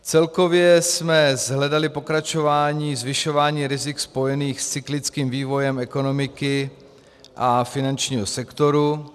Celkově jsme shledali pokračování zvyšování rizik spojených s cyklickým vývojem ekonomiky a finančního sektoru.